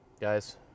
guys